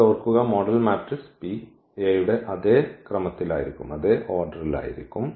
ഇവിടെ ഓർക്കുക model matrix P A യുടെ അതേ ക്രമത്തിലായിരിക്കും